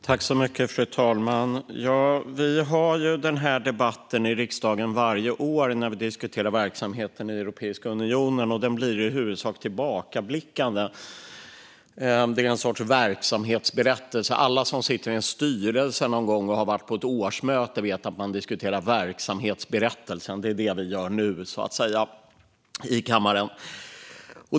Fru talman! Vi har den här debatten varje år i riksdagen om verksamheten i Europeiska unionen, och den blir i huvudsak tillbakablickande. Det är en sorts verksamhetsberättelse. Alla som suttit i en styrelse någon gång och har varit på ett årsmöte vet att man diskuterar verksamhetsberättelsen, och det är det som vi gör nu i kammaren.